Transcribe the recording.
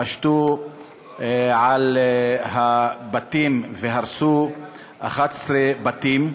פשטו על הבתים והרסו 11 בתים.